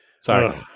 Sorry